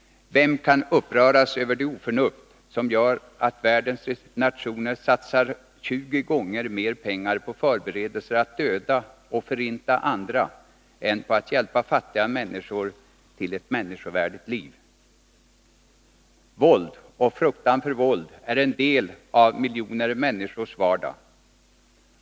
Vem kan undgå att uppröras över det oförnuft som gör att världens nationer satsar 20 gånger mer pengar på förberedelser för att döda och förinta andra än på att hjälpa fattiga människor till ett människovärdigt liv? Våld och fruktan för våld är en del av miljoner människors vardag.